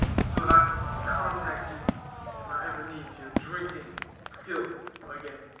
so that i can contact you if i ever need your drinking skills again